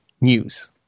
news